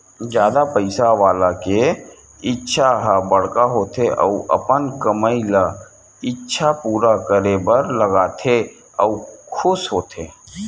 जादा पइसा वाला के इच्छा ह बड़का होथे अउ अपन कमई ल इच्छा पूरा करे बर लगाथे अउ खुस होथे